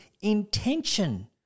intention